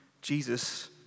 Jesus